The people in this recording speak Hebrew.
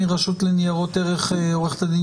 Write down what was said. מהרשות לניירות ערך נמצאות עורכת הדין